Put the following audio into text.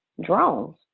drones